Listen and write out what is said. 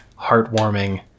heartwarming